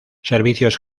servicios